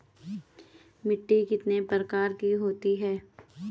मिट्टी कितने प्रकार की होती है?